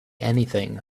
anything